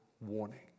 warning